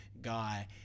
guy